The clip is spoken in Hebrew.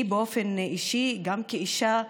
לי באופן אישי, גם כאישה,